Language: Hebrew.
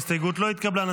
ההסתייגות לא התקבלה.